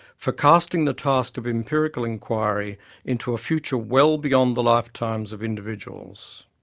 for casting the task of empirical inquiry into a future well beyond the lifetimes of individuals.